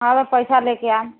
हँ पैसा लयके आयब